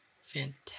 fantastic